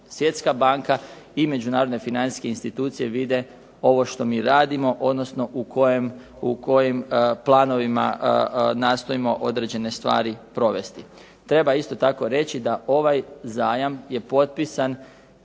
Svjetska banka i međunarodne financijske institucije vide ovo što mi radimo odnosno u kojim planovima nastojimo određene stvari provesti. Treba isto tako reći da ovaj zajam je potpisan